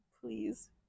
please